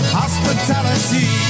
hospitality